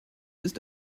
ist